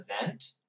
event